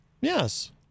yes